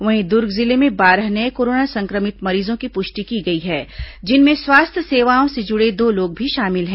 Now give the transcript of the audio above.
वहीं दुर्ग जिले में बारह नये कोरोना संक्रमित मरीजों की पुष्टि की गई है जिनमें स्वास्थ्य सेवाओं से जुड़े दो लोग भी शामिल हैं